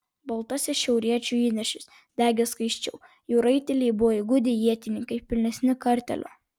baltasis šiauriečių įniršis degė skaisčiau jų raiteliai buvo įgudę ietininkai pilnesnį kartėlio